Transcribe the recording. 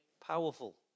powerful